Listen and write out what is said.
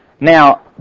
Now